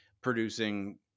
producing